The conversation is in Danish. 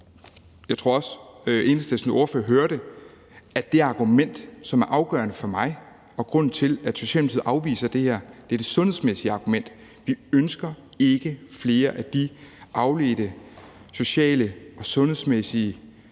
Jeg tror også, at Enhedslistens ordfører hørte, at det argument, som er afgørende for mig, og som er grunden til, at Socialdemokratiet afviser det her, er det sundhedsmæssige argument. Vi ønsker ikke flere af de afledte sociale og sundhedsmæssige konsekvenser,